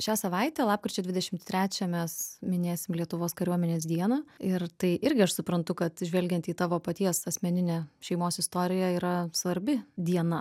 šią savaitę lapkričio dvidešim trečią mes minėsim lietuvos kariuomenės dieną ir tai irgi aš suprantu kad žvelgiant į tavo paties asmeninę šeimos istoriją yra svarbi diena